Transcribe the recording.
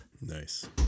Nice